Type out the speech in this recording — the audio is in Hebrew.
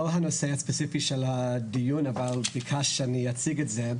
לא הנושא הספציפי של הדיון אבל ביקשת שאציג את זה,